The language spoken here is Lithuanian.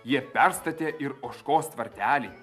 jie perstatė ir ožkos tvartelį